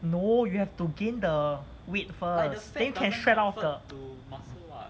no you have to gain the weight first then you can shred off the